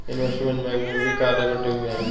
investment bank में भी कार्य बंटे हुए हैं